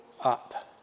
up